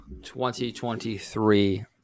2023